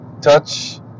touch